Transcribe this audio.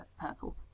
purple